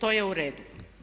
To je u redu.